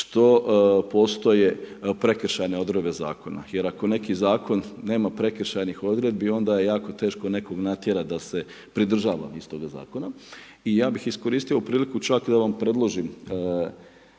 što postoje prekršajne odredbe zakona. Jer ako neki zakon nema prekršajnih odredbi onda je jako teško nekog natjerati da se pridržava istog zakona. I ja bih iskoristio ovu priliku čak i da vam predložim